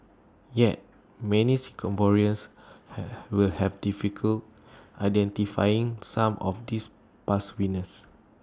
yet many Singaporeans will have difficult identifying some of these past winners